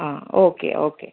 ആ okay okay